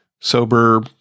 sober